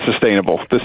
sustainable